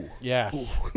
yes